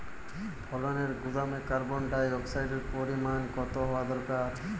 ফলের গুদামে কার্বন ডাই অক্সাইডের পরিমাণ কত হওয়া দরকার?